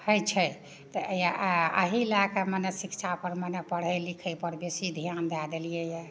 होइ छै तऽ ई आ अहीॅं लए कऽ मने शिक्षा पर मने पढ़ै लिखै पर बेसी ध्यान दए देलियैया